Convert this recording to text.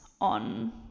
on